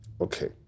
okay